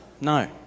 No